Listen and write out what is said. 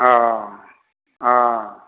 औ औ